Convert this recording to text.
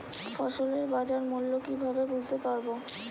ফসলের বাজার মূল্য কিভাবে বুঝতে পারব?